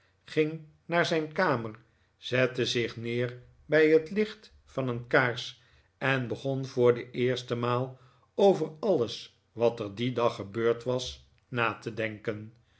ging naar zijn kamer zette zich neer bij het licht van een kaars en begon voor de eerste maal over alles wat er dien dag gebeurd was na te denken